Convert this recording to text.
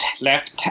left